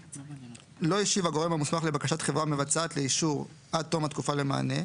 (ג)לא השיב הגורם המוסמך לבקשת חברה מבצעת לאישור עד תום התקופה למענה,